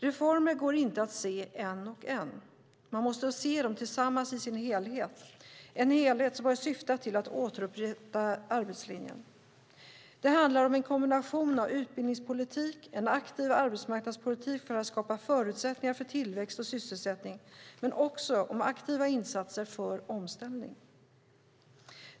Reformer går inte att se en och en. Man måste se dem tillsammans i sin helhet, en helhet som har syftat till att återupprätta arbetslinjen. Det handlar om en kombination av utbildningspolitik och en aktiv arbetsmarknadspolitik för att skapa förutsättningar för tillväxt och sysselsättning men också om aktiva insatser för omställning.